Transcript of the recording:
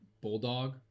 bulldog